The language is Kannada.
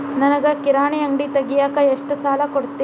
ನನಗ ಕಿರಾಣಿ ಅಂಗಡಿ ತಗಿಯಾಕ್ ಎಷ್ಟ ಸಾಲ ಕೊಡ್ತೇರಿ?